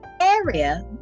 area